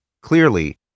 clearly